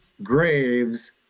graves